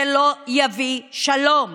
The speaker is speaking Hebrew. זה לא יביא שלום.